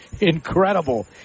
incredible